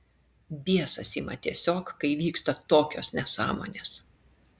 biesas ima tiesiog kai vyksta tokios nesąmonės